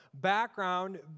background